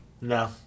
no